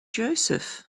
joseph